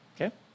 Okay